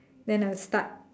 then I will start